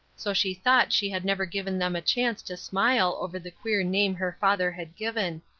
so she thought she had never given them a chance to smile over the queer name her father had given.